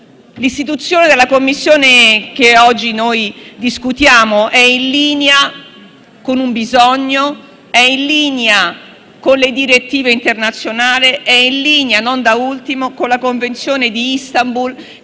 L'istituzione della Commissione che oggi discutiamo è in linea con un bisogno, con le direttive internazionali e, non da ultimo, con la Convenzione di Istanbul,